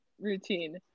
routine